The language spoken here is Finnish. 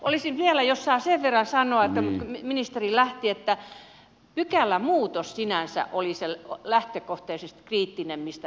olisin vielä sanonut jos saa sen verran sanoa kun ministeri lähti että pykälämuutos sinänsä oli se lähtökohtaisesti kriittinen asia mistä läksin tässä